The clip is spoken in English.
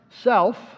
self